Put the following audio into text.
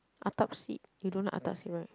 Attap Seed you don't like Attap Seed right